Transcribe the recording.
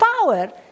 power